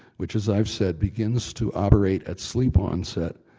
which as i've said, begins to operate at sleep onset,